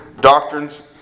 doctrines